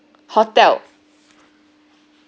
hotel